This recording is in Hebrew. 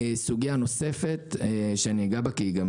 סוגייה נוספת שאני אגע בה, כי היא גם